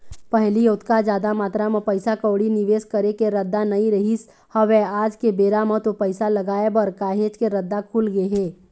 पहिली ओतका जादा मातरा म पइसा कउड़ी निवेस करे के रद्दा नइ रहिस हवय आज के बेरा म तो पइसा लगाय बर काहेच के रद्दा खुलगे हे